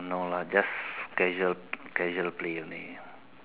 no lah just casual casual play only